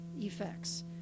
effects